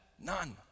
None